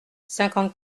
cinquante